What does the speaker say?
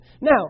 Now